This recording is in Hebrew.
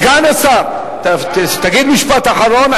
סגן השר, תגיד משפט אחרון.